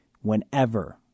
whenever